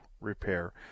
Repair